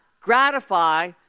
gratify